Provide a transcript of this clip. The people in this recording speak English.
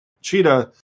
cheetah